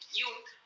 youth